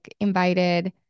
invited